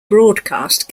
broadcast